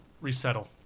Resettle